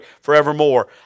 forevermore